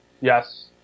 Yes